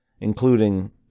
including